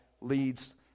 leads